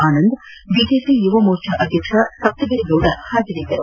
Anand BJP Yuva Morcha ಅಧ್ಯಕ್ಷ ಸಪ್ತಗಿರಿಗೌದ ಹಾಜರಿದ್ದರು